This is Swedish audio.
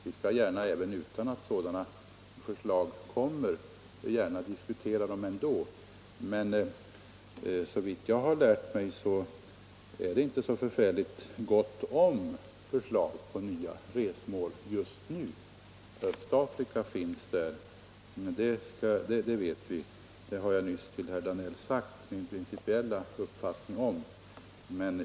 Vi skall gärna även utan att sådana förslag framföres ändå diskutera nya resmål, men såvitt jag erfarit är det inte särskilt gott om förslag till sådana just nu. Östafrika finns där, det vet vi, och det har jag nyss till herr Danell sagt min principiella uppfattning om.